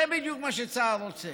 זה בדיוק מה שצה"ל רוצה.